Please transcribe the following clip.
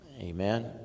amen